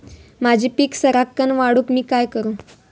माझी पीक सराक्कन वाढूक मी काय करू?